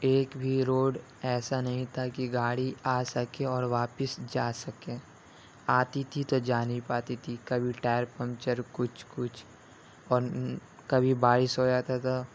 ایک بھی روڈ ایسا نہیں تھا کہ گاڑی آ سکے اور واپس جا سکے آتی تھی تو جا نہیں پاتی تھی کبھی ٹایر پنچر کچھ کچھ اور کبھی بارش ہو جاتا تھا